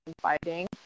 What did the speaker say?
fighting